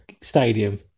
stadium